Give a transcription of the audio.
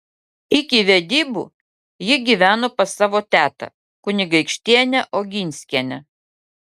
iki vedybų ji gyveno pas savo tetą kunigaikštienę oginskienę